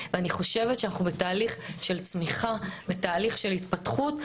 ואני חושבת שאנחנו בתהליך של צמיחה ותהליך של התפתחות,